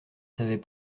savais